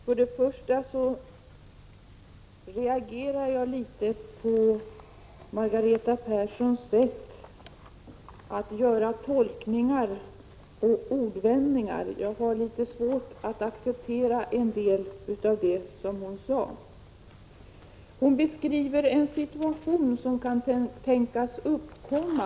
Fru talman! Först och främst vill jag säga att jag reagerar litet grand på Margareta Perssons tolkningar och ordvändningar. Jag har litet svårt att acceptera en del av det hon sade. Hon beskriver en situation som kan tänkas uppkomma.